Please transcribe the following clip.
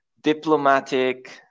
Diplomatic